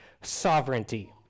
sovereignty